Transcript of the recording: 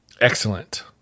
Excellent